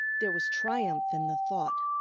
there was triumph in the thought.